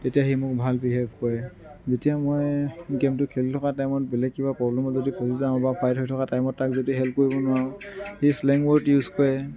তেতিয়া সি মোক ভাল বিহেভ কৰে যেতিয়া মই গেমটো খেলি থকা টাইমত বিশেষ কিবা প্ৰবলেমত যদি ফচি যাওঁ বা ফাইট হৈ থকা টাইমত তাক যদি হেল্প কৰিব নোৱাৰো সি স্লেং ৱৰ্ড ইউজ কৰে